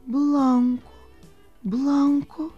blanko blanko